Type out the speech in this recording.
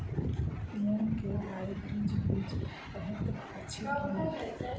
मूँग केँ हाइब्रिड बीज हएत अछि की नै?